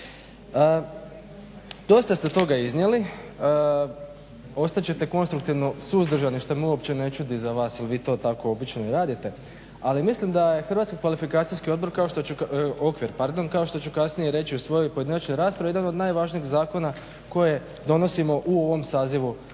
Dosta ste toga iznijeli, ostat ćete konstruktivno suzdržani što me uopće ne čudi za vas jel vi to tako obično i radite, ali mislim da je hrvatski kvalifikacijski okvir kao što ću kasnije reći u svojoj pojedinačnoj raspravi jedan od najvažnijih zakona koje donosimo u ovom sazivu